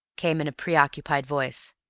came in a preoccupied voice,